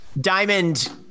Diamond